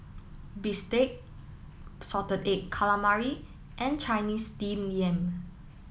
Bistake Salted Egg Calamari and Chinese Steamed Yam